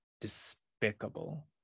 despicable